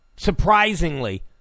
Surprisingly